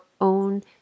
own